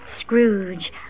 Scrooge